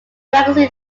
magazine